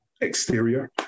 exterior